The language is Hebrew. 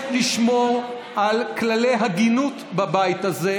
בנט, איפה העם שלי?